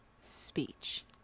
speech